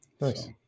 Nice